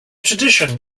tradition